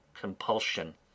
compulsion